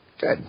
Good